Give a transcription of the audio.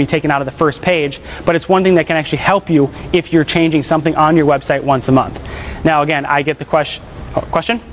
to be taken out of the first page but it's one thing that can actually help you if you're changing something on your website once a month now again i get the question question